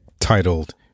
titled